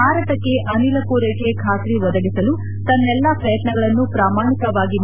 ಭಾರತಕ್ಕೆ ಅನಿಲ ಪೂರೈಕೆ ಖಾತ್ರಿ ಒದಗಿಸಲು ತನ್ನೆಲ್ಲಾ ಪ್ರಯತ್ನಗಳನ್ನು ಪ್ರಾಮಾಣಿಕವಾಗಿ ಳು